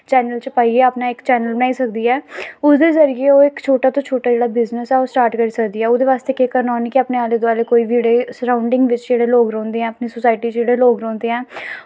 channel च बनाइयै पाइयै अपना इक चैनल बनाई सकदी ऐ ओह्दे जरिए ओह् इक छोटा तो छोटा जेह्ड़ा बिज़नस ऐ ओह् स्टार्ट करी सकदी ऐ ओह्दे बास्तै केह् करना उन्नै कि अपने आले दुआले कोई बी जेह्ड़े सरांउंडिंग बिच्च जेह्ड़े लोग रौंह्दे ऐ अपनी सोसाईटी च जेह्ड़े लोग रौंह्दे ऐ